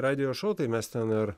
radijo šou tai mes ten ar